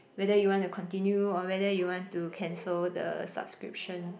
whether you want to continue or whether you want to cancel the subscription